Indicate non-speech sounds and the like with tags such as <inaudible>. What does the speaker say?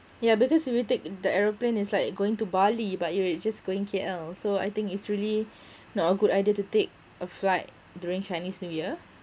ya because if you take the aeroplane is like going to bali but you were just going K_L so I think it's really <breath> not a good idea to take a flight during chinese new year